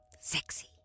Sexy